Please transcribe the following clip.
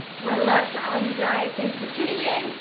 one love to all you guys, thank you for tuning in!